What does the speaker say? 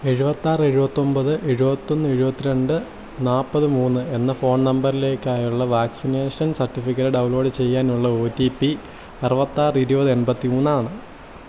എഴുപത്താറ് എഴുപത്തൊമ്പത് എഴുപത്തൊന്ന് എഴുപത്തിരണ്ട് നാൽപ്പത് മൂന്ന് എന്ന ഫോൺ നമ്പറിലേക്കായുള്ള വാക്സിനേഷൻ സർട്ടിഫിക്കറ്റ് ഡൗൺലോഡ് ചെയ്യാനുള്ള ഒ ടി പി അറുപത്താറ് ഇരുപത് എൺപത്തിമൂന്നാണ്